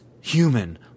human